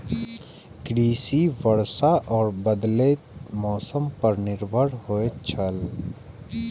कृषि वर्षा और बदलेत मौसम पर निर्भर होयत छला